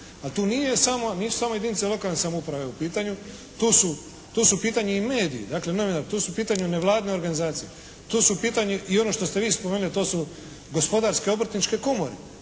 nisu samo jedinice lokalne samouprave u pitanju. Tu su u pitanju i mediji. Dakle, novinari. Tu su u pitanju nevladine organizacije. Tu su u pitanju i ono što ste vi spomenuli. To su gospodarske obrtničke komore.